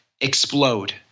explode